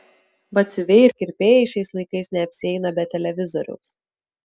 batsiuviai ir kirpėjai šiais laikais neapsieina be televizoriaus